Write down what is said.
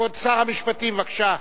כבוד שר המשפטים, בבקשה.